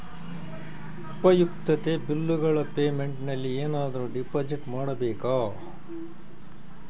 ಉಪಯುಕ್ತತೆ ಬಿಲ್ಲುಗಳ ಪೇಮೆಂಟ್ ನಲ್ಲಿ ಏನಾದರೂ ಡಿಪಾಸಿಟ್ ಮಾಡಬೇಕಾ?